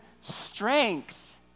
strength